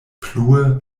plue